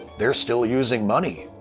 they're still using money.